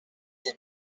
des